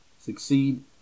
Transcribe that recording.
succeed